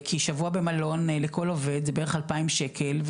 כי שבוע במלון לכל עובד זה בערך 2,000 שקל,